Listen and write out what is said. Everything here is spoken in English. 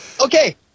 Okay